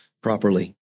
properly